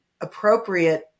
appropriate